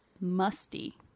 musty